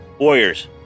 Warriors